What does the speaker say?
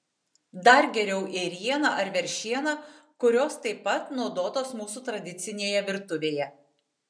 dar geriau ėriena ar veršiena kurios taip pat naudotos mūsų tradicinėje virtuvėje